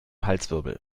halswirbel